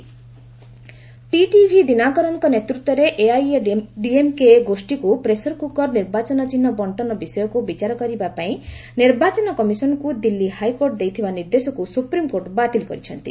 SC symbol TTV ଦୀନାକରନଙ୍କ ନେତୃତ୍ୱର AIADMK ଗୋଷ୍ଠୀକୁ ପ୍ରେସର୍ କ୍କକର୍ ନିର୍ବାଚନ ଚିହ୍ନ ବିଷୟକୁ ବିଚାର କରିବାପାଇଁ ନିର୍ବାଚନ କମିଶନ୍ଙ୍କୁ ଦିଲ୍ଲୀ ହାଇକୋର୍ଟ ଦେଇଥିବା ନିର୍ଦ୍ଦେଶକୁ ସୁପ୍ରିମ୍କୋର୍ଟ ବାତିଲ୍ କରିଛନ୍ତି